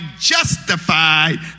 justified